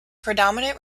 predominant